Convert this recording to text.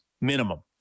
minimum